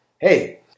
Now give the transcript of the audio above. hey